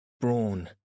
brawn